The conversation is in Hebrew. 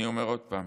אני אומר עוד פעם,